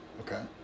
Okay